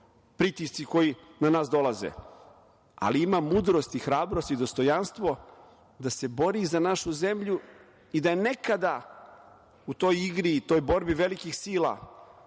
pritisci koji na nas dolaze, ali ima mudrosti, hrabrosti, dostojanstvo da se bori za našu zemlju i da je nekada u toj igri i toj borbi velikih sila